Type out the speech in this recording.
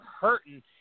hurting